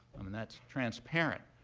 um and that's transparent.